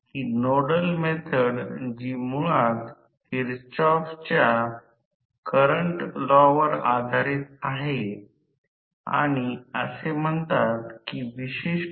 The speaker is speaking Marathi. आता अभ्यास करीत असताना टप्प्यातील सिंगल फेज सर्किट आम्ही गती NS शोधण्याचा प्रयत्न करीत होतो ते 3 ध्रुवांच्या जोडीचा विचार करीत आहे परंतु या प्रकरणात एक सूत्र आहे की सिंक्रोनस वेग 120 fP